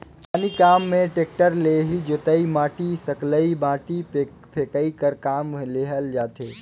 किसानी काम मे टेक्टर ले ही जोतई, माटी सकलई, माटी फेकई कर काम लेहल जाथे